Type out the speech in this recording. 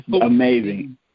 amazing